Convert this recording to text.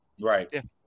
Right